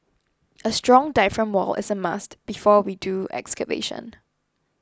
a strong diaphragm wall is a must before we do excavation